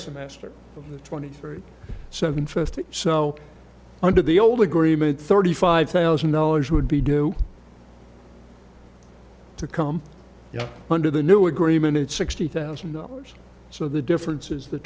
the twenty three seven first so under the old agreement thirty five thousand dollars would be due to come under the new agreement it's sixty thousand dollars so the difference is th